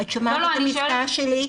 את שומעת את המבטא שלי,